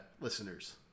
listeners